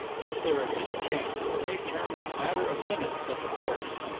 if there is any chance it may turn on a matter of minutes at the ports.